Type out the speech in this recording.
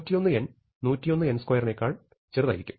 അതിനാൽ 101n 101n2 നേക്കാൾ ചെറുതായിരിക്കും